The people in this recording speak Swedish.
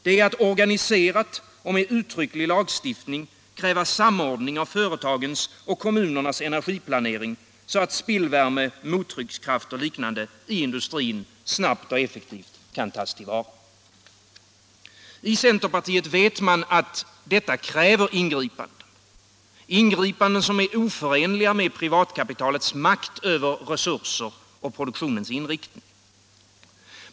Det är att organiserat och med uttrycklig lagstiftning kräva samordning av företagens och kommunernas energiplanering, så att spillvärme och mottryckskraft i industrin snabbt och effektivt kan tas till vara. I centerpartiet vet man att detta kräver ingripanden, oförenliga med privatkapitalets makt över resurser och produktionsinriktning.